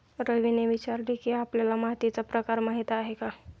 रवीने विचारले की, आपल्याला मातीचा प्रकार माहीत आहे का?